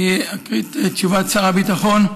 אני אקריא את תשובת שר הביטחון.